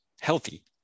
healthy